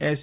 S